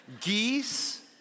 Geese